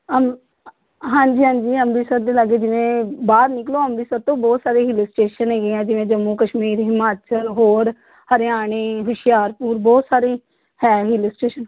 ਹਾਂਜੀ ਹਾਂਜੀ ਅੰਮ੍ਰਿਤਸਰ ਦੇ ਲਾਗੇ ਜਿਵੇਂ ਬਾਹਰ ਨਿਕਲੋਂ ਅੰਮ੍ਰਿਤਸਰ ਤੋਂ ਬਹੁਤ ਸਾਰੇ ਹਿਲ ਸਟੇਸ਼ਨ ਹੈਗੇ ਆ ਜਿਵੇਂ ਜੰਮੂ ਕਸ਼ਮੀਰ ਹਿਮਾਚਲ ਹੋਰ ਹਰਿਆਣੇ ਹੁਸ਼ਿਆਰਪੁਰ ਬਹੁਤ ਸਾਰੇ ਹੈ ਹਿਲ ਸਟੇਸ਼ਨ